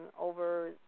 over